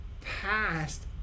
past